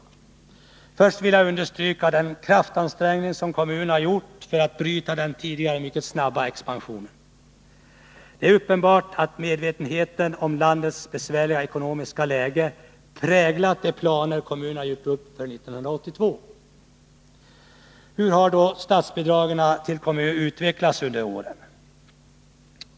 Jag vill börja med att understryka den kraftansträngning som kommunerna gjort för att bryta den tidigare mycket snabba expansionen. Det är uppenbart att medvetenheten om landets besvärliga ekonomiska läge har präglat de planer kommunerna gjort upp för 1982. Hur har då statsbidragen till kommunerna utvecklats under åren?